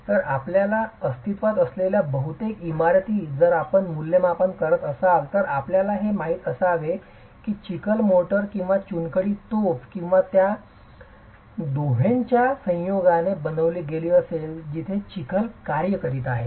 तर आपल्या अस्तित्त्वात असलेल्या बहुतेक इमारती जर आपण मूल्यमापन करत असाल तर आपल्याला हे माहित असावे की चिखल मोर्टार किंवा चुनखडी तोफ किंवा त्या दोहोंच्या संयोगाने बनविली गेली असेल जिथे चिखल कार्य करीत आहे